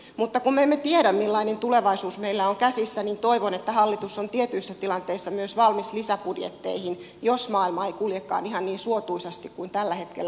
mutta kun me emme tiedä millainen tulevaisuus meillä on käsissä niin toivon että hallitus on tietyissä tilanteissa myös valmis lisäbudjetteihin jos maailma ei kuljekaan ihan niin suotuisasti kuin tällä hetkellä toivomme